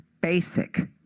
basic